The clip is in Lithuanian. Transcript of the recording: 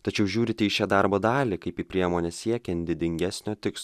tačiau žiūrite į šią darbo dalį kaip į priemonę siekiant didingesnio tiks